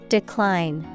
Decline